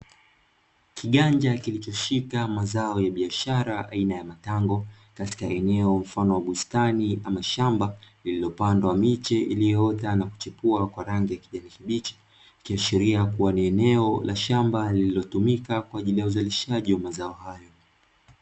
Kiganja kilichoshika mazao ya biashara aina ya matango, katika eneo mfano wa bustani ama shamba lilolopandwa miche iliyoota na kuchipua kwa rangi ya kijani kibichi, ikiashiria kuwa ni eneo la shamba lililotumika kwa ajili ya uzalishaji wa mazao hayo.